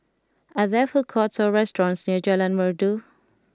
are there food courts or restaurants near Jalan Merdu